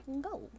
go